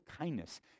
kindness